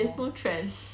there's no trend